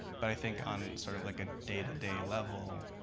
but i think on sort of like a day-to-day level,